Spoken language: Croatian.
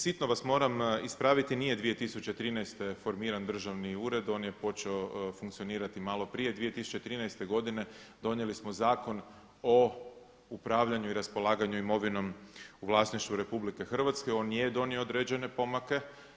Sitno vas moram ispraviti nije 2013. formiran Državni ured, on je počeo funkcioniratalo prije 2013. godine, donijeli smo Zakon o upravljanju i raspolaganju imovinom u vlasništvu RH, on je donio određene pomake.